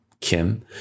Kim